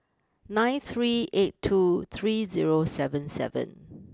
nine three eight two three zero seven seven